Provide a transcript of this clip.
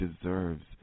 deserves